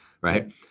right